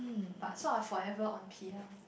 but some so I forever on P_L